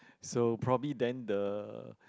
so probably then the